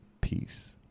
peace